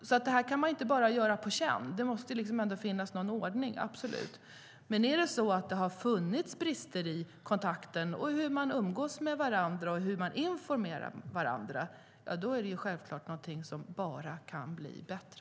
Man kan inte göra det bara på känn, utan det måste finnas någon sorts ordning när det sker, absolut. Om det funnits brister i kontakten och i hur man umgås med och informerar varandra måste det självklart bli bättre.